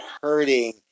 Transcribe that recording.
hurting